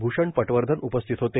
भूषण पटवर्धन उपस्थित होते